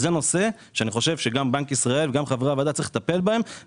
אני חושב שגם בנק ישראל וגם חברי הוועדה צריכים לטפל בנושא הזה,